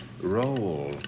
Roll